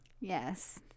Yes